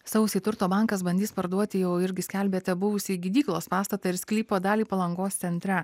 sausį turto bankas bandys parduoti jau irgi skelbėte buvusį gydyklos pastatą ir sklypo dalį palangos centre